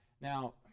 Now